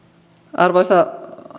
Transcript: arvoisa